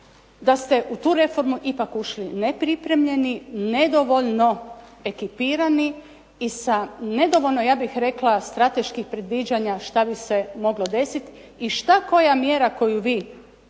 da ste u tu reformu ipak ušli nepripremljeni, nedovoljno ekipirani i sa nedovoljno ja bih rekla strateških predviđanja šta bi se moglo desiti i šta koja mjera koju vi